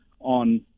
on